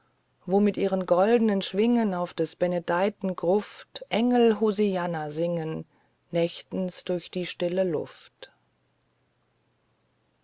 mit ihren goldnen schwingen auf des benedeiten gruft engel hosianna singen nächtens durch die stille luft